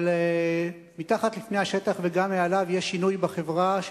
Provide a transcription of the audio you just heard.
אבל מתחת לפני השטח וגם מעליו יש שינוי בחברה,